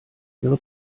ihre